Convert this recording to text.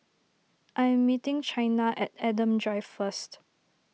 I am meeting Chynna at Adam Drive first